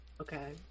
Okay